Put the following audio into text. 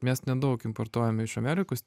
mes nedaug importuojame iš amerikos